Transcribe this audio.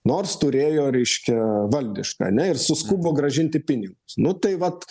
nors turėjo reškią valdišką ane ir suskubo grąžinti pinigus nu tai vat